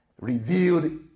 revealed